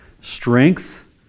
strength